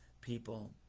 people